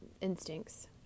instincts